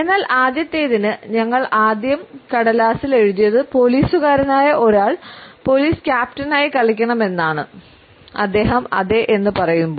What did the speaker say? എന്നാൽ ആദ്യത്തേതിന് ഞങ്ങൾ ആദ്യം കടലാസിൽ എഴുതിയത് പോലീസുകാരനായ ഒരാൾ പോലീസ് ക്യാപ്റ്റനായി കളിക്കണമെന്നാണ് അദ്ദേഹം അതെ എന്ന് പറയുമ്പോൾ